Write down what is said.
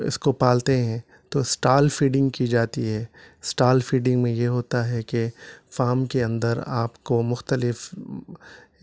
اس کو پالتے ہیں تو اسٹال فیڈنگ کی جاتی ہے اسٹال فیڈنگ میں یہ ہوتا ہے کہ فام کے اندر آپ کو مختلف